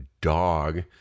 dog